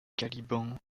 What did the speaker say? caliban